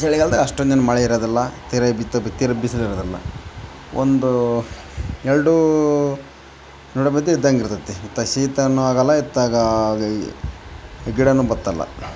ಚಳಿಗಾಲದಾಗೆ ಅಷ್ಟೊಂದು ಏನು ಮಳೆ ಇರೋದಿಲ್ಲಾ ತಿರುಗಾ ಬಿತ್ತ ಬಿತ್ತು ತಿರುಗಾ ಬಿಸ್ಲು ಇರೋದಿಲ್ಲಾ ಒಂದು ಎರ್ಡೂ ನಡುಮಧ್ಯೆ ಇದ್ದಂಗೆ ಇರ್ತದೆ ಇತ್ತ ಶೀತವೂ ಆಗೋಲ್ಲ ಇತ್ತಾಗ ಗಿಡವೂ ಬತ್ತೋಲ್ಲ